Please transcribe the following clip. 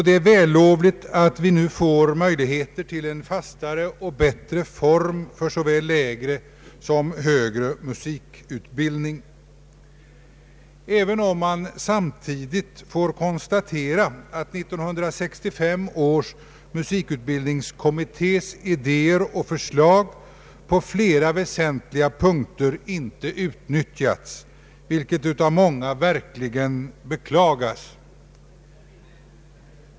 Det är vällovligt att vi nu får möjligheter till en fastare och bättre form för såväl lägre som högre musikutbildning, även om man samtidigt måste konstatera att 1965 års musikutbildningskommittés idéer och förslag på flera väsentliga punkter inte har utnyttjats, vilket av många verkligen beklagas.